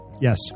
Yes